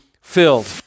filled